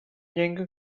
llengua